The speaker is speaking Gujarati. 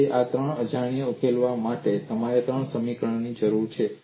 તેથી આ ત્રણ અજાણ્યાઓને ઉકેલવા માટે તમારે ત્રણ સમીકરણોની જરૂર છે